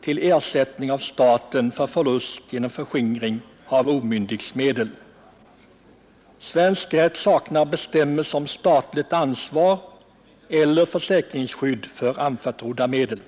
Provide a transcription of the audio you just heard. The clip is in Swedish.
till ersättning av staten för förlust genom förskingring av omyndigs medel. Svensk rätt saknar bestämmelser om statligt ansvar eller försäkringsskydd för anförtrodda medel.